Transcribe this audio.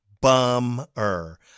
Bummer